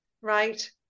Right